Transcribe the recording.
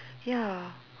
ya